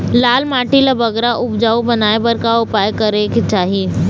लाल माटी ला बगरा उपजाऊ बनाए बर का उपाय करेक चाही?